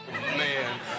Man